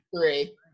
Three